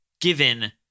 given